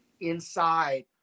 inside